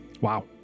Wow